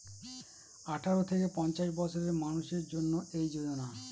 আঠারো থেকে পঞ্চাশ বছরের মানুষের জন্য এই যোজনা